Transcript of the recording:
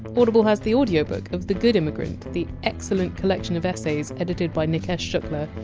audible has the audiobook of the good immigrant, the excellent collection of essays edited by nikesh shukla,